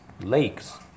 lakes